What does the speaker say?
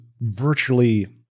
virtually